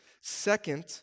Second